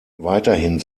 weiterhin